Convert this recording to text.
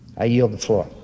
i yield the floor